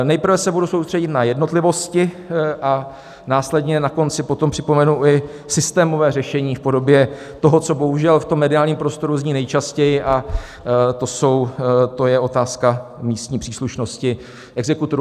Nejprve se soustředím na jednotlivosti a následně na konci potom připomenu i systémové řešení v podobě toho, co bohužel v mediálním prostoru zní nejčastěji, a to je otázka místní příslušnosti exekutorů.